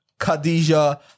Khadija